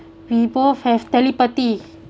we both have telepathy